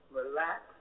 relax